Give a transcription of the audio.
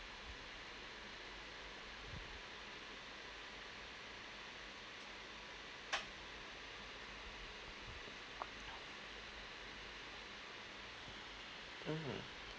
mm